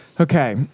Okay